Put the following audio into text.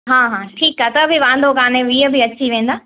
हा हा ठीकु आहे त बि वांदो कोन्हे वीह बि अची वेंदा